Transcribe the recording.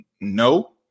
no